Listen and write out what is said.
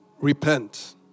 repent